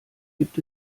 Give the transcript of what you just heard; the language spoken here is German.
gibt